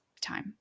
time